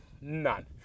None